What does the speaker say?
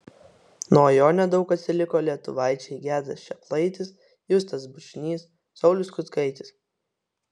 nuo jo nedaug atsiliko lietuvaičiai gedas čeplaitis justas bučnys saulius kutkaitis